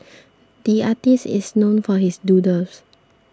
the artist is known for his doodles